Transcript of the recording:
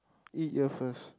eat here first